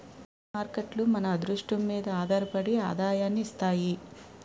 share మార్కేట్లు మన అదృష్టం మీదే ఆధారపడి ఆదాయాన్ని ఇస్తాయి